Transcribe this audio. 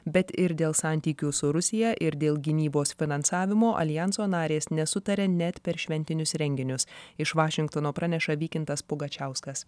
bet ir dėl santykių su rusija ir dėl gynybos finansavimo aljanso narės nesutaria net per šventinius renginius iš vašingtono praneša vykintas pugačiauskas